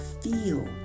feel